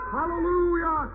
Hallelujah